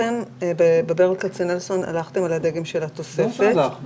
בברל כצנלסון הלכתם על הדגם של התוספת.